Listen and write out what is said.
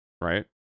Right